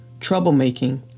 troublemaking